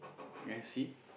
ya see